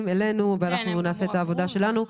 ואלינו ואנחנו נעשה את העבודה שלנו.